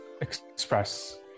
express